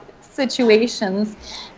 situations